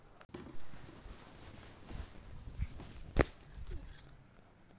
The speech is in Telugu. కూరగాయలు నవంబర్ నెలలో అధిక ధర ఎందుకు ఉంటుంది?